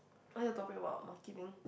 what's your topic about marketing